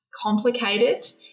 complicated